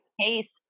case